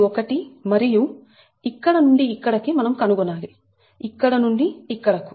ఇది ఒకటి మరియు ఇక్కడ నుండి ఇక్కడికి మనం కనుగొనాలి ఇక్కడ నుండి ఇక్కడికి